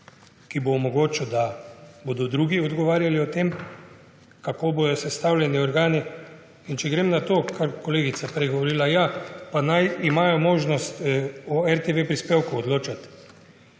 ki bodo omogočala, da bodo drugi odgovarjali o tem, kako bodo sestavljeni organi. In če grem na to, kar je kolegica prej govorila, da naj imajo možnost odločati